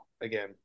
again